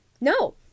No